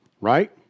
right